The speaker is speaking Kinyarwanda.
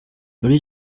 muri